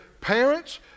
parents